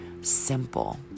simple